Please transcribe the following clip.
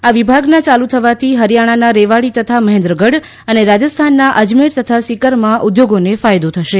આ વિભાગના યાલુ થવાથી હરિયાણાના રેવાડી તથા મહેન્દ્રગઢ અને રાજસ્થાનના અજમેર તથા સીકરમાં ઉદ્યોગોને ફાયદો થશે